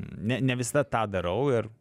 ne ne visada tą darau ir